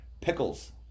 pickles